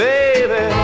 Baby